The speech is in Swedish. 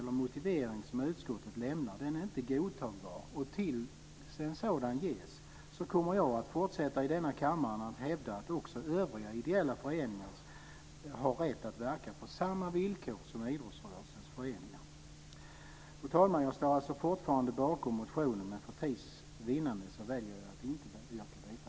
Den motivering som utskottet har lämnat är inte godtagbar. Tills en godtagbar motivering ges kommer jag att fortsätta att i denna kammare hävda att också övriga ideella föreningar har rätt att verka på samma villkor som idrottsrörelsens föreningar. Fru talman! Jag står fortfarande bakom motionen, men för tids vinnande väljer jag att inte yrka bifall till den.